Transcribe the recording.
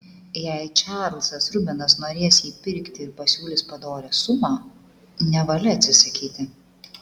jei čarlzas rubenas norės jį pirkti ir pasiūlys padorią sumą nevalia atsisakyti